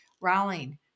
Rowling